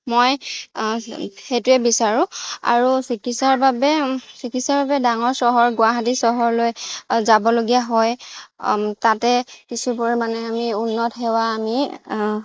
মই সেইটোৱে বিচাৰোঁ আৰু চিকিৎসাৰ বাবে চিকিৎসাৰ বাবে ডাঙৰ চহৰ গুৱাহাটী চহৰলৈ যাবলগীয়া হয় তাতে কিছুপৰিমাণে আমি উন্নত সেৱা আমি